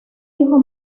hijo